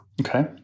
Okay